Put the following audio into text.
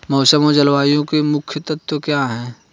मौसम और जलवायु के मुख्य तत्व क्या हैं?